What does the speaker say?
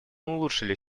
улучшили